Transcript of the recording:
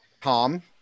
Tom